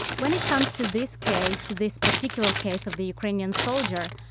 when it comes to this case, to this particular case of the ukrainian soldier,